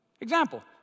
Example